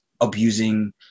abusing